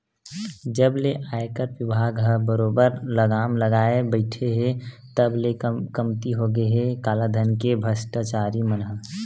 जब ले आयकर बिभाग ह बरोबर लगाम लगाए बइठे हे तब ले कमती होगे हे कालाधन के भस्टाचारी मन ह